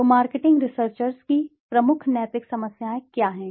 तो marketing researchers की प्रमुख नैतिक समस्याएं क्या हैं